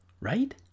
right